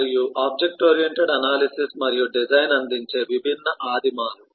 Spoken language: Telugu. మరియు ఆబ్జెక్ట్ ఓరియెంటెడ్ అనాలిసిస్ మరియు డిజైన్ అందించే విభిన్న ఆదిమాలు